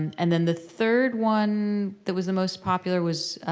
and then the third one that was the most popular was,